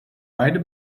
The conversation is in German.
beide